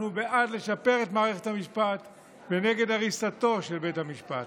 אנחנו בעד לשפר את מערכת המשפט ונגד הריסתו של בית המשפט.